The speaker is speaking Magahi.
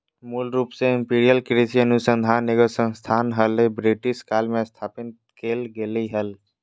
मूल रूप से इंपीरियल कृषि अनुसंधान एगो संस्थान हलई, ब्रिटिश काल मे स्थापित कैल गेलै हल